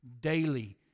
daily